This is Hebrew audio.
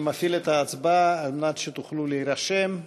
אני מפעיל את ההצבעה על מנת שתוכלו להירשם.